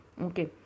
Okay